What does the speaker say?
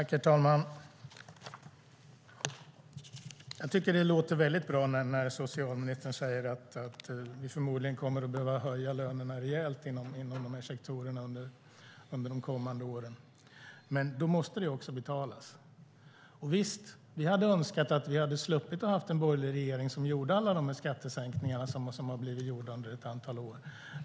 Herr talman! Jag tycker att det låter väldigt bra när socialministern säger att vi förmodligen kommer att behöva höja lönerna rejält inom de här sektorerna under de kommande åren. Men då måste det också betalas. Visst hade vi önskat att vi sluppit ha en borgerlig regering som gjort alla de här skattesänkningarna under ett antal år.